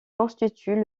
constituent